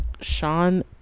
Sean